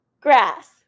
Grass